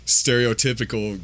stereotypical